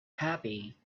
happy